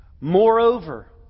Moreover